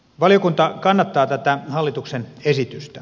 valiokunta kannattaa tätä hallituksen esitystä